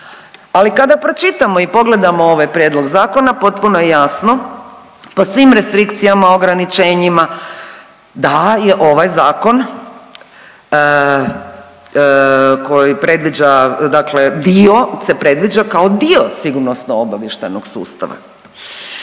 Ali kada pročitamo i pogledamo ovaj Prijedlog zakona, potpuno je jasno po svim restrikcijama, ograničenjima, da je ovaj Zakon koji predviđa, dakle dio se predviđa kao dio sigurnosno-obavještajnog sustava.